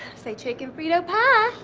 say chicken frito pie!